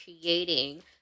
creating